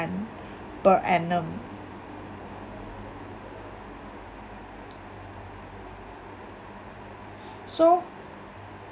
per annum so